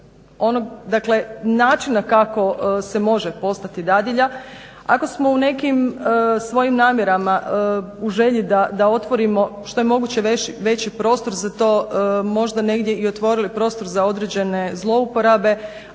više načina kako se može postati dadilja. Ako smo u nekim svojim namjerama u želji da otvorimo što je moguće veći prostor za to možda negdje i otvorili prostor za određene zlouporabe.